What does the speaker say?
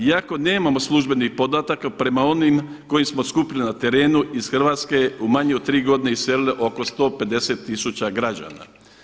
Iako nemamo službenih podataka prema onim koje smo skupili na terenu iz Hrvatske je u manje od tri godine iselilo oko 150000 građana.